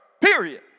period